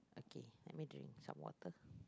okay let me drink some water